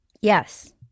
yes